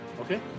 Okay